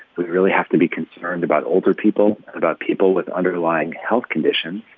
we really have to be concerned about older people, about people with underlying health conditions.